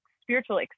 spiritual